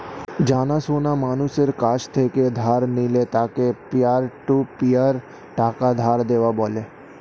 জানা সোনা মানুষের কাছ থেকে ধার নিলে তাকে পিয়ার টু পিয়ার টাকা ধার দেওয়া বলে